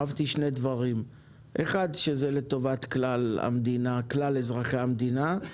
אהבתי שני דברים: א', שזה לטובת כלל אזרחי המדינה.